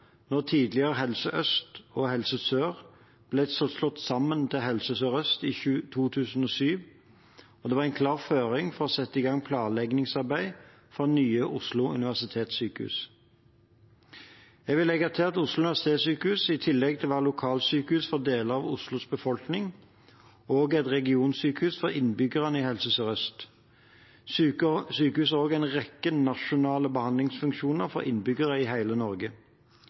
tidligere Helse Øst og Helse Sør ble slått sammen til Helse Sør-Øst i 2007, og det var en klar føring for å sette i gang planleggingsarbeidet for Nye Oslo universitetssykehus. Jeg vil legge til at Oslo universitetssykehus, i tillegg til å være lokalsykehus for deler av Oslos befolkning, også er regionsykehus for innbyggerne i helseregion Sør-Øst. Sykehuset har også en rekke nasjonale behandlingsfunksjoner for innbyggere i hele Norge.